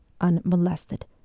unmolested